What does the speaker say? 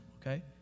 okay